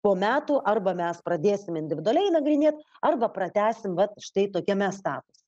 po metų arba mes pradėsim individualiai nagrinėt arba pratęsim vat štai tokiame status